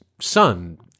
son